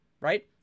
right